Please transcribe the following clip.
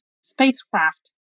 spacecraft